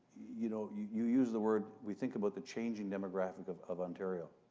you know, you use the word we think about the changing demographic of of ontario.